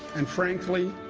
and frankly,